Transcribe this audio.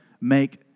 make